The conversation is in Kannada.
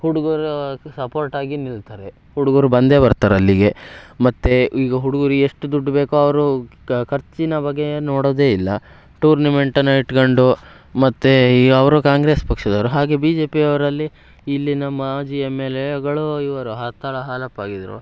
ಹುಡುಗರು ಸಪೋರ್ಟಾಗಿ ನಿಲ್ತಾರೆ ಹುಡ್ಗರು ಬಂದೇ ಬರ್ತಾರೆ ಅಲ್ಲಿಗೆ ಮತ್ತು ಈಗ ಹುಡ್ಗರು ಎಷ್ಟು ದುಡ್ಡು ಬೇಕೋ ಅವರು ಕಾ ಖರ್ಚಿನ ಬಗ್ಗೆ ನೋಡೋದೇ ಇಲ್ಲ ಟೂರ್ನಿಮೆಂಟನ್ನು ಇಟ್ಕಂಡು ಮತ್ತು ಈ ಅವರು ಕಾಂಗ್ರೆಸ್ ಪಕ್ಷದವ್ರು ಹಾಗೇ ಬಿ ಜೆ ಪಿಯವರಲ್ಲಿ ಇಲ್ಲಿ ನಮ್ಮ ಮಾಜಿ ಎಮ್ ಎಲ್ ಏಗಳು ಇವರು ಹರತಾಳ ಹಾಲಪ್ಪ ಆಗಿದ್ದರು